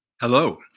Hello